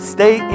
Stay